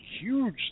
huge